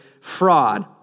fraud